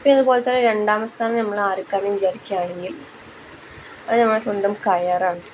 പിന്നെ അതുപോലെത്തന്നെ രണ്ടാംസ്ഥാനം നമ്മൾ ആർക്കാണെന്ന് വിചാരിക്കുകയാണെങ്കിൽ അത് നമ്മളെ സ്വന്തം കയറാണ്